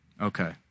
Okay